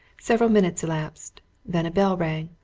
several minutes elapsed then a bell rang.